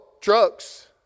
trucks